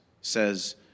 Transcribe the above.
says